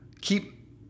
keep